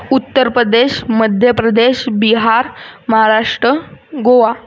Uttar Pradesh Madhya Pradesh Bihar Maharashtra Goa